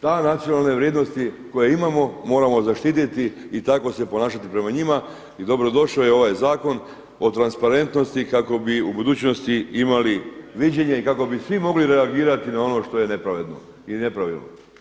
Te nacionalne vrijednosti koje imamo moramo zaštititi i tako se ponašati prema njima i dobro došao je ovaj Zakon o transparentnosti kako bi u budućnosti imali viđenje i kako bi svi mogli reagirati na ono što je nepravedno i nepravilno.